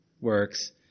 works